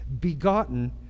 Begotten